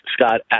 Scott